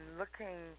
looking